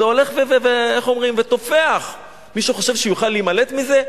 זה הולך ותופח, מישהו חושב שהוא יוכל להימלט מזה?